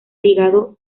ligado